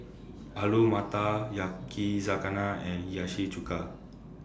Alu Matar Yakizakana and Hiyashi Chuka